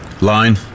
Line